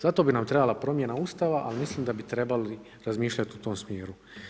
Zato bi nam trebala promjena ustava ali mislim da bi trebali razmišljati u tom smjeru.